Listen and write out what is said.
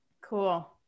Cool